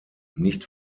nicht